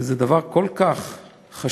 וזה דבר כל כך חשוב,